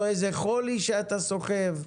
או איזה חולי שאתה סוחב.